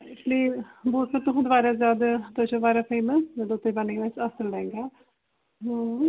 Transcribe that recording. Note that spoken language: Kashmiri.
حظ اِسلیے بوٗز مےٚ تُہُنٛد واریاہ زیادٕ تُہۍ چھُو واریاہ فیمَس مےٚ دوٚپ تُہۍ بَنٲیِو اَسہِ اَصٕل لہنٛگا